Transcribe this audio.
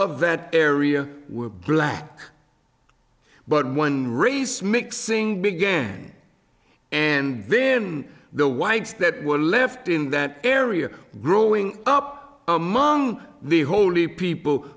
of that area were black but one race mixing began and then the whites that were left in that area growing up among the holy people